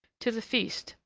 to the feast,